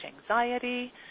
anxiety